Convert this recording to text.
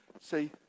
See